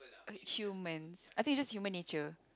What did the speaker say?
humans I think it's just human nature